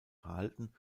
verhalten